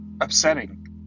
upsetting